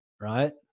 Right